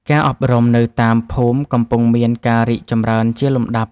ការអប់រំនៅតាមភូមិកំពុងមានការរីកចម្រើនជាលំដាប់។